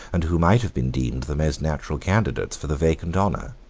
and who might have been deemed the most natural candidates for the vacant honor.